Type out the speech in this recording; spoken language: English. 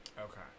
Okay